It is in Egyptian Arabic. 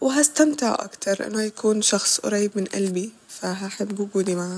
وهستمتع اكتر لانه هيكون شخص قريب من قلبي فهحب وجودي معاه